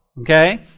Okay